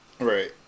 Right